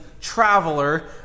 traveler